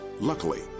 Luckily